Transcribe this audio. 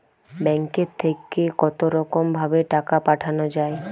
ব্যাঙ্কের থেকে কতরকম ভাবে টাকা পাঠানো য়ায়?